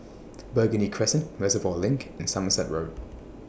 Burgundy Crescent Reservoir LINK and Somerset Road